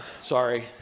Sorry